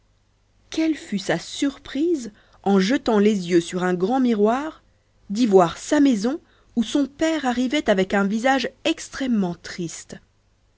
quelle fut sa surprise en jetant les yeux sur un grand miroir d'y voir sa maison où son père arrivait avec un visage extrêmement triste